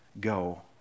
Go